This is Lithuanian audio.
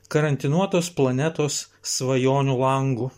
karantinuotos planetos svajonių langu